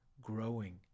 growing